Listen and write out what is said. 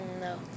No